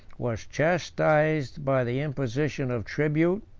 was chastised by the imposition of tribute,